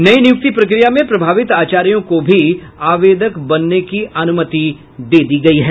नई नियुक्ति प्रक्रिया में प्रभावित प्राचार्यों को भी आवेदक बनने की अनुमति दे दी गयी है